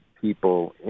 people